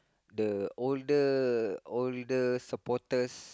the older older supporters